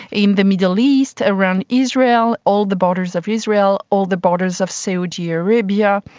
in the middle east, around israel, all the borders of israel, all the borders of saudi arabia.